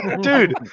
Dude